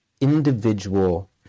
individual